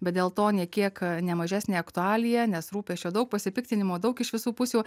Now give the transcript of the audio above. bet dėl to nė kiek ne mažesnė aktualija nes rūpesčio daug pasipiktinimo daug iš visų pusių